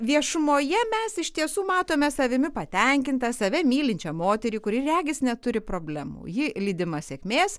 viešumoje mes iš tiesų matome savimi patenkintą save mylinčią moterį kuri regis neturi problemų ji lydima sėkmės